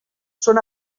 són